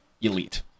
elite